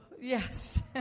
yes